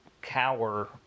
Cower